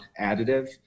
additive